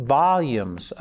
volumes